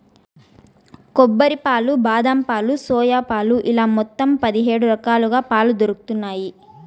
కొబ్బరి పాలు, బాదం పాలు, సోయా పాలు ఇలా మొత్తం పది హేడు రకాలుగా పాలు దొరుకుతన్నాయి